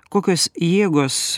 kokios jėgos